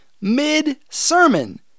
mid-sermon